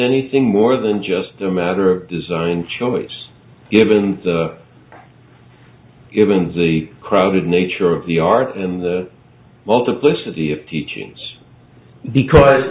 anything more than just a matter of design choice given given the crowded nature of the art and the multiplicity of teachings because